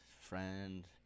friend